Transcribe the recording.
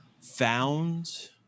found